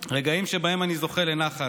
רגעים שבהם אני זוכה לנחת,